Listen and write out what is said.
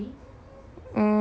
mm bike ah